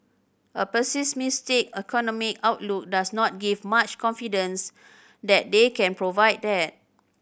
a pessimistic economic outlook does not give much confidence that they can provide that